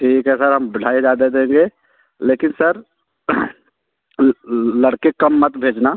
ठीक है सर हम ढाई हज़ार दे देंगे लेकिन सर लड़के कम मत भेजना